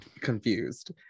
confused